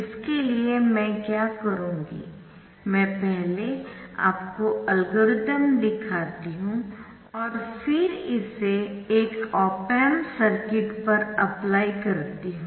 इसके लिए मैं क्या करूंगी मैं पहले आपको एल्गोरिथम दिखाती हूँ और फिर इसे एक ऑप एम्प सर्किट पर अप्लाई करती हु